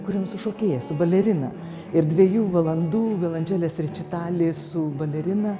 kūrėm su šokėja su balerina ir dviejų valandų violončelės rečitalį su balerina